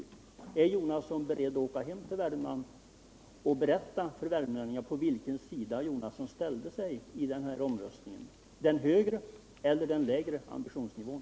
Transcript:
Är Bertil Jonasson beredd att åka hem till Värmland och berätta för värmlänningarna på vilken sida han ställde sig i omröstningen om den högre eller den lägre ambitionsnivån?